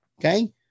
okay